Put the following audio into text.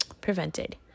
prevented